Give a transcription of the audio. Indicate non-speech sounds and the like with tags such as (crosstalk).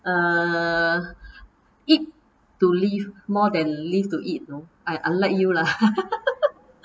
uh eat to live more than live to eat you know I unlike you lah (laughs)